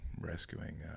rescuing